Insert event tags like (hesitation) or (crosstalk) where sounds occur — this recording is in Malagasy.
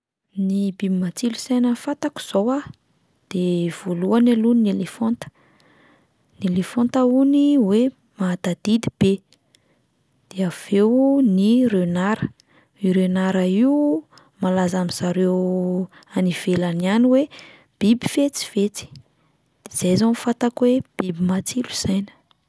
Ny biby matsilo saina fantako izao a, de voalohany aloha ny elefanta, ny elefanta hony hoe mahatadidy be, de avy eo ny renard, io renard io malaza amin'zareo (hesitation) any ivelany any hoe biby fetsifetsy, de zay izao no fantako hoe biby matsilo saina.